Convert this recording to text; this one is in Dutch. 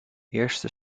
eerste